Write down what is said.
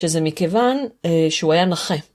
וזה מכיוון שהוא היה נכה.